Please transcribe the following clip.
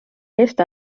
eest